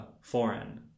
foreign